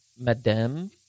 Madam